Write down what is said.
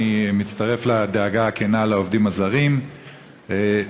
אני מצטרף לדאגה הכנה לעובדים הזרים ולחקלאים.